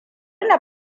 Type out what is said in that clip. na